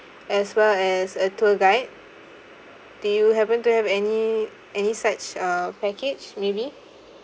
as well as a tour guide do you happen to have any any such a package maybe